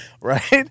right